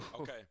Okay